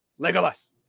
legolas